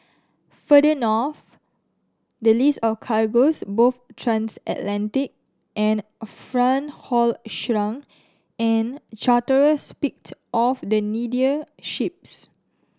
further north the list of cargoes both transatlantic and front haul shrunk and charterers picked off the needier ships